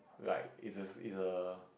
like is is a